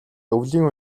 өвлийн